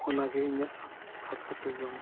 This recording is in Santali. ᱚᱱᱟᱜᱮ ᱤᱧᱟᱹᱜ ᱠᱷᱟᱥ ᱠᱟᱛᱮᱫ ᱡᱚᱢ